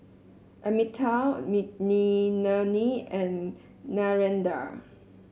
Amitabh Makineni and Narendra